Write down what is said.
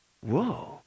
Whoa